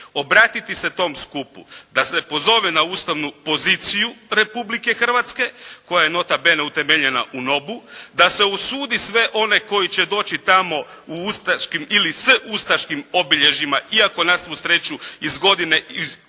obratiti se tom skupu da se pozove na ustavnu poziciju Republike Hrvatske, koja je nota bene utemeljena u …/Govornik se ne razumije./… da se usudi sve one koji će doći tamo u ustaškim ili s ustaškim obilježjima, iako na svu sreću iz godine, u